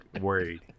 worried